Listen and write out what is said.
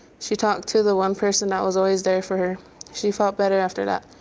she talked to the one person that was always there for she felt better after that.